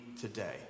today